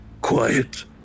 quiet